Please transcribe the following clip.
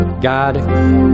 God